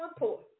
report